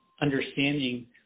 understanding